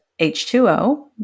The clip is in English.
H2O